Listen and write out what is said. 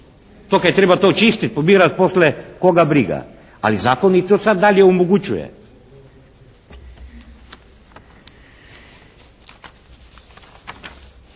To kaj treba to čistiti, pobirati poslije koga briga, ali Zakon im to sad dalje omogućuje.